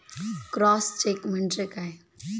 Cross check म्हणजे काय?